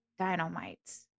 dynamites